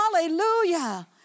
Hallelujah